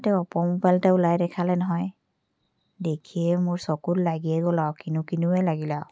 তাতে Oppo mobile এটা ওলাই দেখালে নহয় দেখিয়ে মোৰ চকুত লাগিয়ে গ'ল আৰু কিনো কিনোৱে লাগিলে আৰু